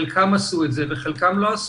חלקן עשו את זה וחלקן לא.